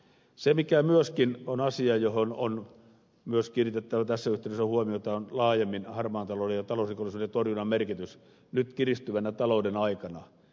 se mikä myöskin on asia johon on kiinnitettävä tässä yhteydessä huomiota on laajemmin harmaan talouden ja talousrikollisuuden torjunnan merkitys nyt kiristyvän talouden aikana